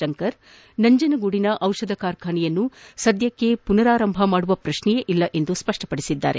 ಶಂಕರ್ ನಂಜನಗೂಡಿನ ದಿಷಧ ಕಾರ್ಖಾನೆಯನ್ನು ಸದ್ದಕ್ಕೆ ಮನರಾರಂಭ ಮಾಡುವ ಪ್ರಕ್ಷೆಯೇ ಇಲ್ಲವೆಂದು ಸ್ಪಷ್ಟಪಡಿಸಿದ್ದಾರೆ